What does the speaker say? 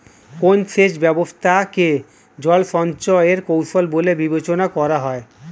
কোন সেচ ব্যবস্থা কে জল সঞ্চয় এর কৌশল বলে বিবেচনা করা হয়?